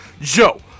Joe